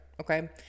okay